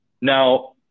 Now